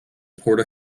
puerto